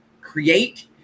create